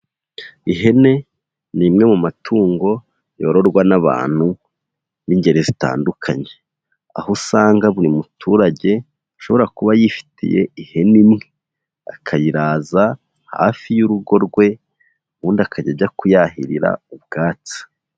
Ihene ni imwe mu matungo yororwa n'abantu b'ingeri zitandukanye, aho usanga buri muturage ashobora kuba yifitiye ihene imwe, akayiraza hafi y'urugo rwe, ubundi akajya ajya kuyahirira ubwatsi.